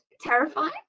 terrifying